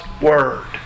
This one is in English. Word